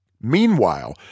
Meanwhile